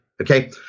Okay